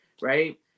right